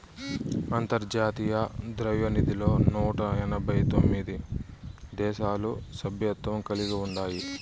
అంతర్జాతీయ ద్రవ్యనిధిలో నూట ఎనబై తొమిది దేశాలు సభ్యత్వం కలిగి ఉండాయి